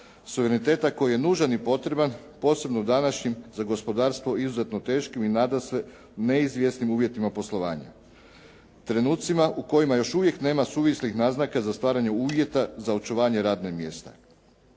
Suvereniteta koji je nužan i potreban posebno u današnjim, za gospodarstvo izuzetno teškim i nadasve neizvjesnim uvjetima poslovanja, trenucima u kojima još uvijek nema suvislih naznaka za stvaranje uvjeta za očuvanje radnih mjesta.